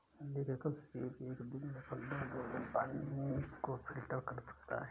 एक एकल सीप एक दिन में पन्द्रह गैलन पानी को फिल्टर कर सकता है